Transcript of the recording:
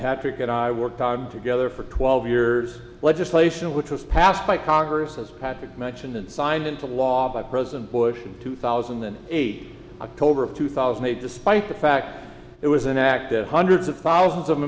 patrick and i worked on together for twelve years legislation which was passed by congress as patrick mentioned and signed into law by president bush in two thousand and eight a cold of two thousand a despite the fact it was an act that hundreds of thousands of